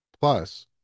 Plus